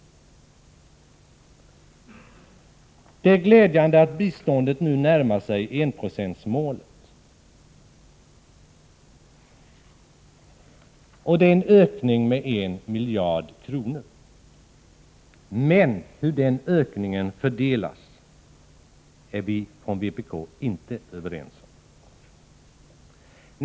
Det är glädjande att biståndet nu närmar sig enprocentsmålet. Det är nu en ökning med 1 miljard kronor. Men hur den ökningen fördelas är vi inte överens om.